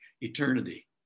eternity